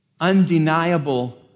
undeniable